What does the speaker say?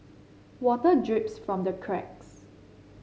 water drips from the cracks